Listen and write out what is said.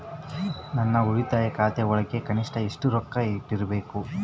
ನನ್ನ ಉಳಿತಾಯ ಖಾತೆಯೊಳಗ ಕನಿಷ್ಟ ಎಷ್ಟು ರೊಕ್ಕ ಇಟ್ಟಿರಬೇಕು?